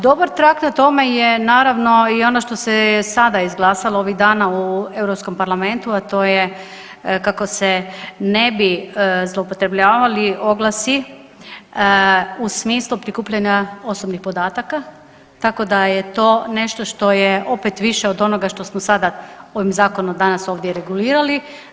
Dobar trag na tome je naravno i ono što se je sada izglasalo ovih dana u Europskom parlamentu, a to je kako se ne bi zloupotrebljavali oglasi u smislu prikupljanja osobnih podataka tako da je to nešto što je opet više od onoga što smo sada ovim zakonom danas ovdje regulirali.